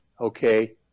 okay